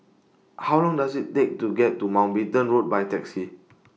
How Long Does IT Take to get to Mountbatten Road By Taxi